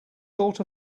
thought